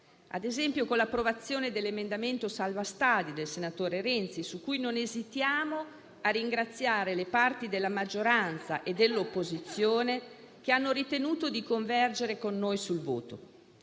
ad esempio - dell'emendamento salva-stadi del senatore Renzi, su cui non esitiamo a ringraziare le parti della maggioranza e dell'opposizione che hanno ritenuto di convergere con noi sul voto.